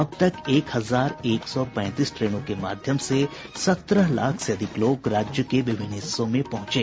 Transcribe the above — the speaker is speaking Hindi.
अब तक एक हजार एक सौ पैंतीस ट्रेनों के माध्यम से सत्रह लाख से अधिक लोग राज्य के विभिन्न हिस्सों में पहुंचे